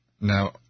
Now